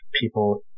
people